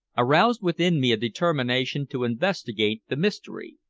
aroused within me a determination to investigate the mystery.